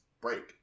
break